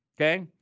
okay